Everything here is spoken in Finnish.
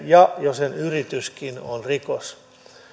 ja jo sen yrityskin on rikos